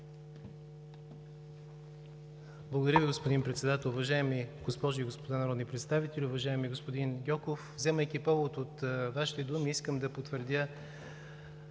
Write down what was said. Благодаря Ви, господин Председател. Уважаеми госпожи и господа народни представители! Уважаеми господин Гьоков, вземайки повод от Вашите думи, искам да потвърдя